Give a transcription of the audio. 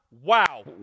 wow